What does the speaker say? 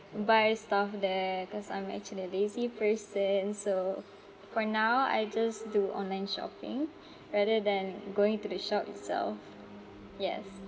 buy stuff there cause I'm actually a lazy person so for now I just do online shopping rather than going to the shop itself yes